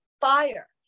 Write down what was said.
fire